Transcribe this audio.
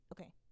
Okay